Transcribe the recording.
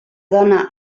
dona